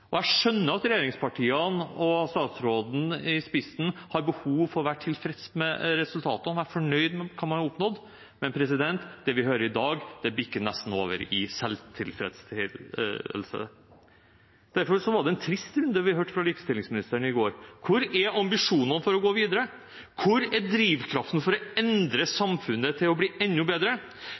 Jeg skjønner at regjeringspartiene med statsråden i spissen har behov for å være tilfreds med resultatene, være fornøyd med hva man har oppnådd. Men det vi hører i dag, bikker nesten over i selvtilfredshet. Derfor var det en trist runde vi hørte fra likestillingsministeren i går. Hvor er ambisjonene for å gå videre? Hvor er drivkraften for å endre samfunnet til å bli enda bedre?